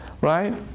right